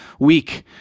weak